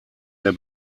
der